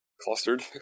Clustered